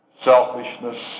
selfishness